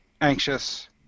anxious